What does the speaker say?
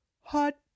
Hot